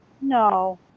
No